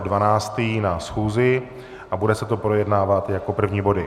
12. na schůzi a bude se to projednávat jako první body.